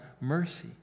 mercy